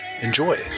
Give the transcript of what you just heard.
Enjoy